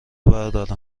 بردارم